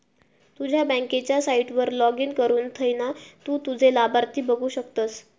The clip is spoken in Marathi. तुझ्या बँकेच्या साईटवर लाॅगिन करुन थयना तु तुझे लाभार्थी बघु शकतस